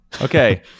Okay